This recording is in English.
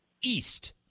east